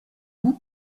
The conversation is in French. goût